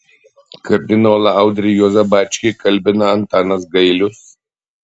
kardinolą audrį juozą bačkį kalbina antanas gailius